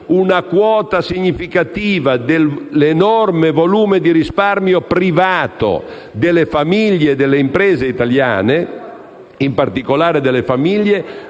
una quota significativa dell'enorme volume di risparmio privato delle famiglie e delle imprese italiane (in particolare delle famiglie)